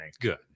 good